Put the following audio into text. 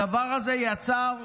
הדבר הזה יצר ויכוח,